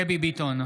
דבי ביטון,